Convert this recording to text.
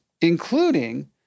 including